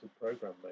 programme